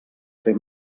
fer